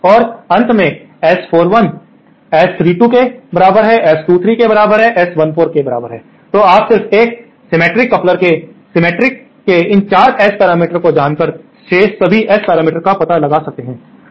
और अंत में S41 S32 के बराबर S23 के बराबर S14 के बराबर है तो आप सिर्फ एक सिमेट्रिक कपलर के सिमेट्रिक के इन 4 एस पैरामीटर्स को जानकर शेष सभी एस पैरामीटर्स का पता लगा सकते हैं